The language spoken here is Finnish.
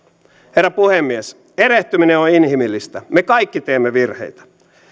herra puhemies erehtyminen on inhimillistä me kaikki teemme virheitä